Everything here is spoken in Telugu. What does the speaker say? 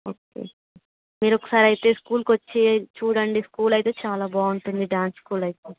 ఓకే మీరొకసారి అయితే స్కూల్కొచ్చి చూడండి స్కూల్ అయితే చాలా బాగుంటుంది డ్యాన్స్ స్కూల్ అయితే